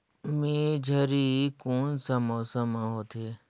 मेझरी कोन सा मौसम मां होथे?